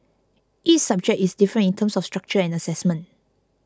each subject is different in terms of structure and assessment